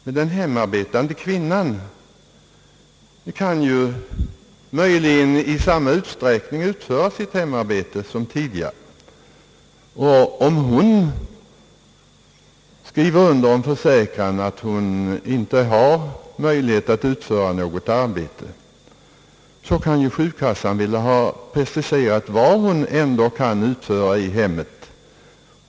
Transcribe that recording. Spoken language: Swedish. Men den hemarbetande kvinnan kan möjligen i samma utsträckning som tidigare utföra sitt hemarbete, och om hon skriver under en försäkran att hon inte har möjlighet att utföra något arbete, kan sjukkassan vilja ha preciserat, vad hon ändå kan utföra i hemmet.